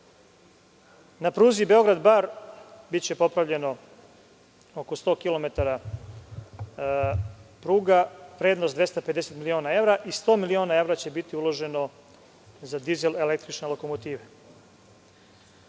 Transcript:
pruzi Beograd-Bar, biće popravljeno oko 100 km, vrednost je 250 miliona evra i 100 miliona evra će biti uloženo za dizel električne lokomotive. Obzirom